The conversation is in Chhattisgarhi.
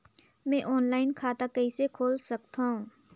मैं ऑनलाइन खाता कइसे खोल सकथव?